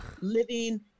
living